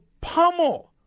pummel